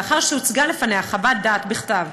לאחר שהוצגה לפניה חוות דעת בכתב,